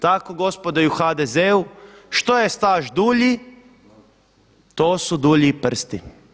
Tako gospodo i u HDZ-u što je staž dulji to su dulji i prsti.